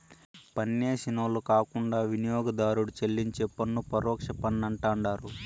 పన్నేసినోళ్లు కాకుండా వినియోగదారుడు చెల్లించే పన్ను పరోక్ష పన్నంటండారు